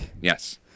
Yes